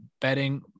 betting